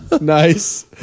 Nice